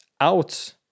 out